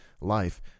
life